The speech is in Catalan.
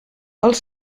els